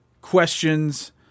questions